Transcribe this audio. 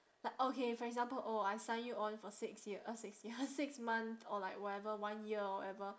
like okay for example oh I sign you on for six years six years six month or like whatever one year whatever